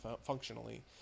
functionally